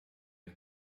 and